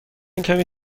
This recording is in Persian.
کمی